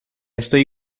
estoy